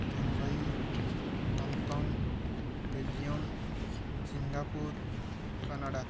Mumbai Hong Kong Belgium Singapore Canada